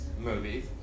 Movies